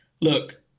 look